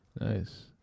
nice